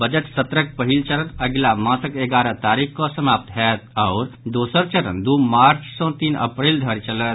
budget सत्रक पहिल चरण अगिला मासक एगारह तारीख कऽ समाप्त होयत आओर दोसर चरण दू मार्च सँ तीन अप्रैल धरि चलत